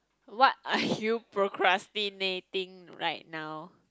what are you procrastinating right now